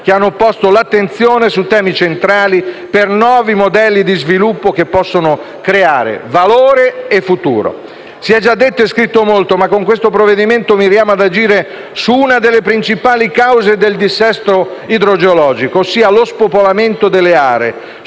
che hanno posto l'attenzione su temi centrali per nuovi modelli di sviluppo che possono creare valore e futuro. Si è già detto e scritto molto, ma desidero sottolineare che con il provvedimento in esame miriamo ad agire su una delle principali cause del dissesto idrogeologico, ossia lo spopolamento delle aree,